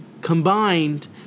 combined